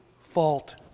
fault